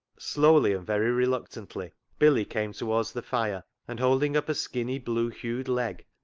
slowly and very reluctantly billy came towards the fire, and, holding up a skinny, blue-hued leg,